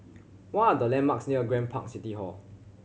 what are the landmarks near Grand Park City Hall